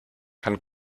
kann